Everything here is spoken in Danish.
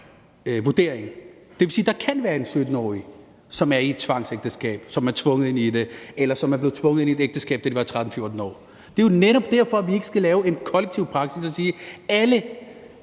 vurdering. Der kan være en 17-årig, der er i et tvangsægteskab, altså som er blevet tvunget ind i det, eller som er blevet tvunget ind i et ægteskab, da vedkommende var 13-14 år. Det er jo netop derfor, vi ikke skal lave en kollektiv praksis og sige, at alle